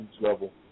level